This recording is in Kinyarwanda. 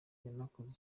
yanakoze